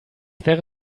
wäre